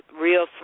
real